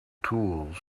tools